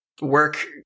work